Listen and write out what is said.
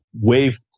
Wave